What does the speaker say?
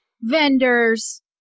Vendors